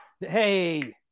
Hey